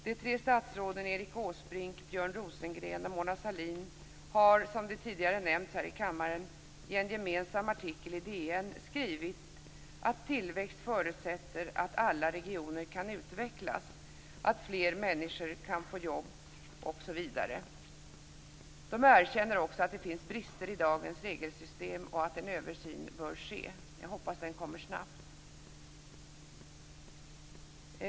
De tre statsråden Erik Åsbrink, Björn Rosengren och Mona Sahlin har, som tidigare nämnts här i kammaren, i en gemensam artikel i DN skrivit att tillväxt förutsätter "att alla regioner kan utvecklas, att fler människor får jobb -". De erkänner också att det finns brister i dagens regelsystem och att en översyn bör ske. Jag hoppas att den kommer snabbt.